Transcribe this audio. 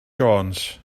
jones